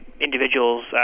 individuals